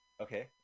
Okay